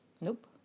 Nope